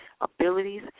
abilities